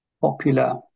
popular